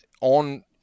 on